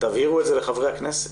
תבהירו את זה לחברי הכנסת,